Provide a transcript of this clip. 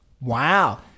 Wow